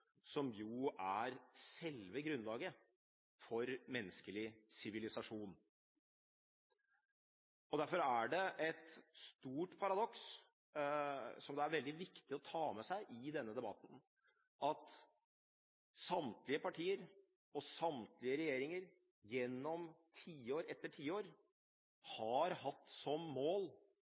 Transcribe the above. som mål og forpliktelse å begrense nedbyggingen av matjord i Norge. Det er ingen politisk uenighet om nødvendigheten av å gjøre det. Derfor er det et stort paradoks, som det er veldig viktig å ta med seg i denne debatten, at mens det har vært målsettingen, og mens partier som